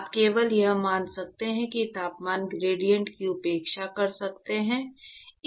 आप केवल यह मान सकते हैं कि तापमान ग्रेडिएंट की उपेक्षा कर सकते हैं